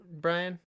Brian